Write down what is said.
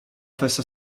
festa